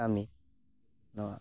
ᱠᱟᱹᱢᱤ ᱱᱚᱣᱟ